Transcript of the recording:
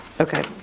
Okay